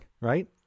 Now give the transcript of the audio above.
Right